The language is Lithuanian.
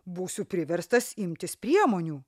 būsiu priverstas imtis priemonių